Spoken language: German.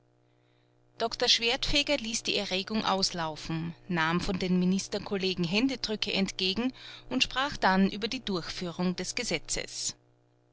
doktor schwertfeger ließ die erregung auslaufen nahm von den ministerkollegen händedrücke entgegen und sprach dann über die durchführung des gesetzes